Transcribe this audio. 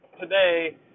today